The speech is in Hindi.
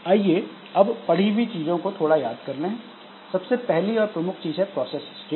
आइए अब पढ़ी हुई चीजों को थोड़ा याद कर लें सबसे पहली और प्रमुख चीज है प्रोसेस स्टेट